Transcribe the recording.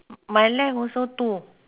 my left also two